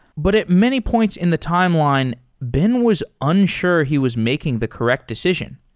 but at many points in the timeline, ben was unsure he was making the correct decision.